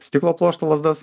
stiklo pluošto lazdas